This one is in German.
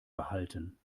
behalten